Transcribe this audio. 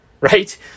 Right